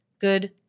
good